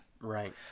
Right